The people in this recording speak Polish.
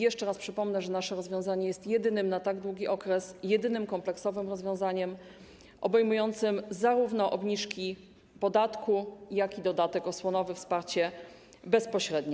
Jeszcze raz przypomnę, że nasze rozwiązanie jest jedynym na tak długi okres kompleksowym rozwiązaniem obejmującym zarówno obniżki podatku, jak i dodatek osłonowy, wsparcie bezpośrednie.